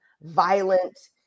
violent